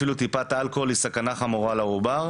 אפילו טיפת אלכוהול היא סכנה חמורה לעובר".